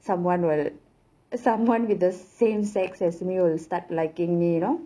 someone will someone with the same sex as me will start liking me you know